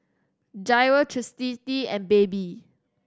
Jairo Chastity and Baby